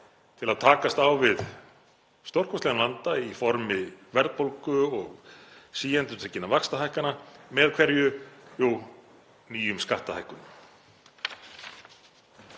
til að takast á við stórkostlegan vanda í formi verðbólgu og síendurtekinna vaxtahækkana — með hverju? Jú, nýjum skattahækkunum.